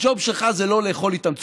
הג'וב שלך זה לא לאכול איתם צוהריים,